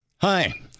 Hi